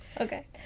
Okay